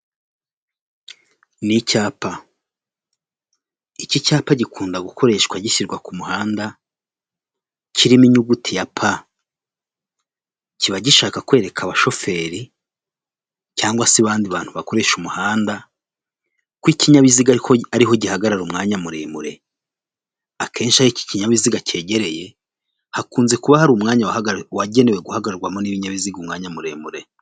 Ni icyapa iki cyapa gikunda gukoreshwa gishyirwa ku muhanda kirimo inyuguti ya pa kiba gishaka kwereka abashoferi cg se abandi bantu bakoresha umuhanda ko ikinyabiziga ariko ariho gihagarara umwanya muremure akenshi aho iki kinyabiziga cyegereye hakunze kuba hari umwanya wagenewe guhagarirwamo n'ibinyabiziga umwanya muremure.